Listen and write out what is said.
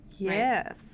Yes